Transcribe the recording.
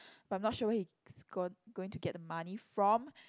but I'm not sure he's gone going to get the money from